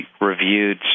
reviewed